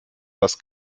das